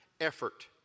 effort